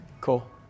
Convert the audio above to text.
Cool